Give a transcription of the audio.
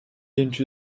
into